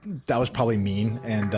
that was probably mean and